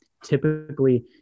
typically